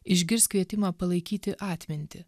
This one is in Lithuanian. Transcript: išgirs kvietimą palaikyti atmintį